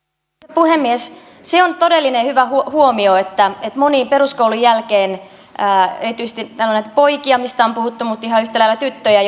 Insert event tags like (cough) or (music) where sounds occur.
puhemies se on todellinen hyvä huomio että moni peruskoulun jälkeen erityisesti täällä on näitä poikia mistä on puhuttu mutta ihan yhtä lailla tyttöjä (unintelligible)